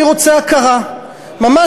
אני רוצה הכרה ממש,